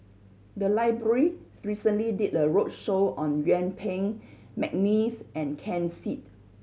the library recently did a roadshow on Yuen Peng McNeice and Ken Seet